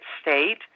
state